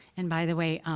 and by the way,